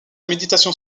méditation